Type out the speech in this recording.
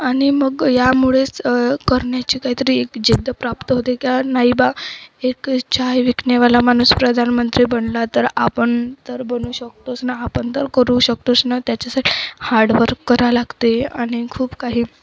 आणि मग यामुळेच करण्याची काहीतरी एक जिद्द प्राप्त होते का नाही बा एक चहा विकणेवाला माणूस प्रधानमंत्री बनला तर आपण तर बनू शकतोच ना आपण तर करू शकतोच ना त्याच्यासाठी हार्ड वर्क करावं लागते आणि खूप काही